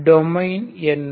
domain என்ன